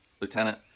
Lieutenant